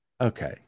okay